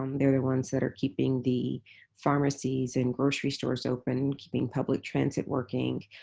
um they're the ones that are keeping the pharmacies and grocery stores open, keeping public transit working,